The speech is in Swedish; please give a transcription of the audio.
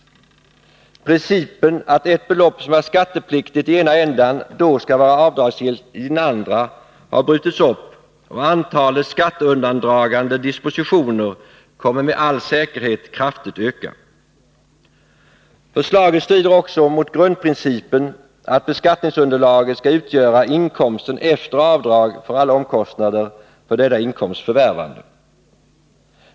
Principen att ett belopp som är skattepliktigt i ena änden skall vara avdragsgillt i den andra har brutits upp, och antalet skatteundandragande dispositioner kommer med all säkerhet att kraftigt ökas. Förslaget strider också mot grundprincipen att beskattningsunderlaget skall utgöra inkomsten efter avdrag för alla omkostnader för denna inkomsts förvärvande.